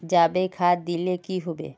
जाबे खाद दिले की होबे?